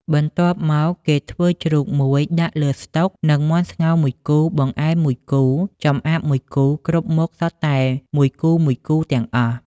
បន្ទាប់មកគេធ្វើជ្រូក១ ដាក់លើស្តុក និងមាន់ស្ងោរ ១គូ បង្អែម ១គូ ចម្អាប ១គូ គ្រប់មុខសុទ្ធតែមួយគូៗទាំងអស់ ។